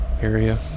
area